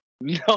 No